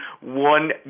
one